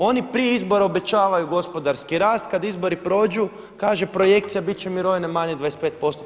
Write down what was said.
Oni prije izbora obećavaju gospodarski rast, kada izbori prođu kaže projekcija bit će mirovine manje od 25%